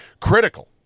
critical